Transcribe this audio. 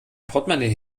portemonnaie